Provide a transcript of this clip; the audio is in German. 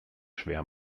schwer